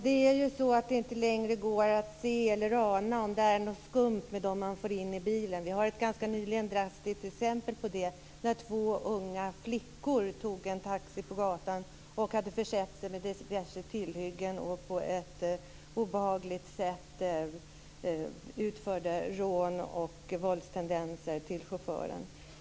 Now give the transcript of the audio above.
Fru talman! Det går inte längre att se eller ana om det är något skumt med dem som man får in i bilen. Ganska nyligen fick vi ett drastiskt exempel på det. Två unga flickor tog en taxi på gatan och hade försett sig med diverse tillhyggen. På ett obehagligt sätt utförde de sedan rån och visade våldstendenser mot chauffören.